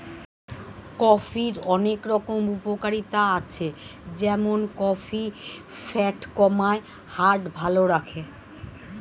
কফির অনেক রকম উপকারিতা আছে যেমন কফি ফ্যাট কমায়, হার্ট ভালো রাখে